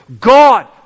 God